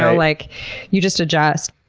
ah like you just adjust.